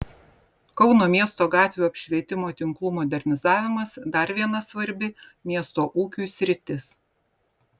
kauno miesto gatvių apšvietimo tinklų modernizavimas dar viena svarbi miesto ūkiui sritis